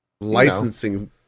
licensing